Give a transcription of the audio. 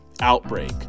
Outbreak